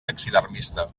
taxidermista